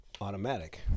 automatic